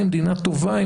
היא מדינה טובה,